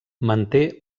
manté